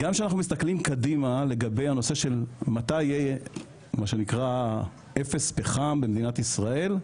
גם כשאנחנו מסתכלים קדימה לגבי הנושא של מתי יהיה אפס פחם במדינת ישראל,